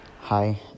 Hi